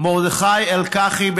מרדכי אלקחי,